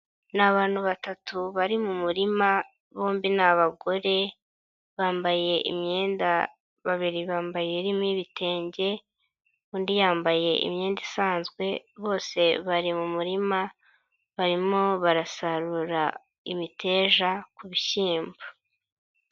Ni abantu batatu bari mu murima, bombi ni abagore, bambaye imyenda, babiri bambaye irimo ibitenge, undi yambaye imyenda isanzwe bose bari mu murima, barimo barasarura imiteja ku bishyimbo.